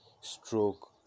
stroke